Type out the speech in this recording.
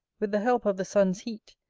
with the help of the sun's heat,